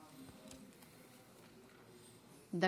בבקשה.